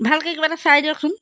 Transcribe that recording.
ভালকৈ কিবা এটা চাই দিয়কচোন